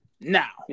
Now